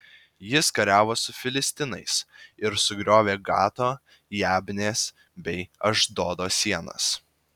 jis kariavo su filistinais ir sugriovė gato jabnės bei ašdodo sienas